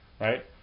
right